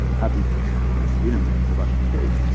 um happy press press freedom day, and, go back to your cage.